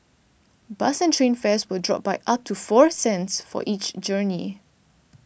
bus and train fares will drop by up to four cents for each journey